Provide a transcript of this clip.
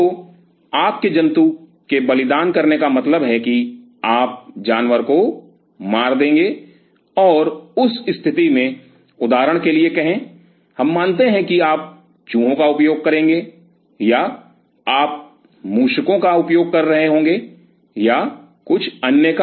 तो आपके जंतु के बलिदान करने का मतलब है कि आप जानवर को मार देंगे और उस स्थिति में उदाहरण के लिए कहे हम मानते हैं कि आप चूहों का उपयोग करेंगे या आप मूषको का उपयोग कर रहे होंगे या कुछ अन्य का